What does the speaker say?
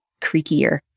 creakier